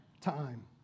time